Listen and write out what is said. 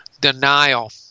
denial